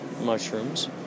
Mushrooms